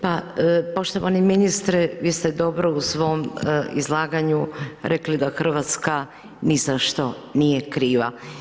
Pa poštovani ministre, vi ste dobro u svom izlaganju rekli da Hrvatska ni za što nije kriva.